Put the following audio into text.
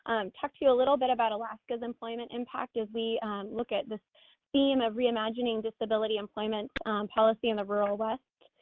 talk to you a little bit about alaska's employment impact as we look at this scene of reimagining disability employment policy in the rural west.